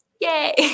yay